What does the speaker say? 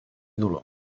dolor